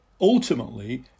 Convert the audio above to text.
ultimately